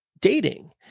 dating